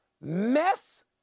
mess